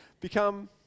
become